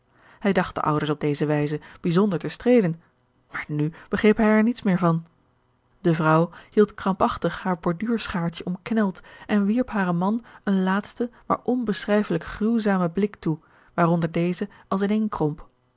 hij dacht de ouders op deze wijze bijzonder te streelen maar nu begreep hij er niets meer van de vrouw hield krampachtig haar borduurschaartje omkneld en wierp haren man een laatsten maar onbeschrijfelijk gruwzamen blik toe waaronder deze als ineenkromp